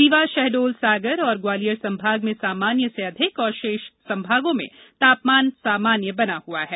रीवा शहडोल सागर और ग्वालियर संभाग में सामान्य से अधिक और शेष संभागों में तापमान सामान्य बना हुआ है